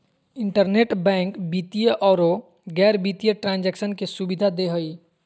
internet bank वित्तीय औरो गैर वित्तीय ट्रांन्जेक्शन के सुबिधा दे हइ